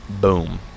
boom